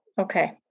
Okay